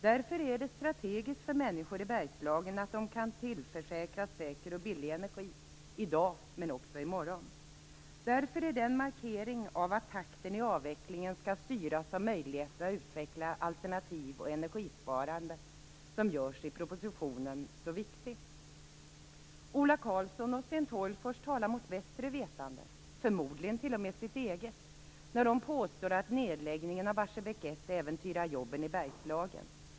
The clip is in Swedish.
Därför är det strategiskt för människor i Bergslagen att de kan tillförsäkras säker och billig energi i dag men också i morgon. Därför är den markering av att takten i avvecklingen skall styras av möjligheterna att utveckla alternativ och energisparande som görs i propositionen så viktig. Ola Karlsson och Sten Tolgfors talar mot bättre vetande, förmodligen t.o.m. sitt eget, när de påstår att nedläggningen av Barsebäck 1 äventyrar jobben i Bergslagen.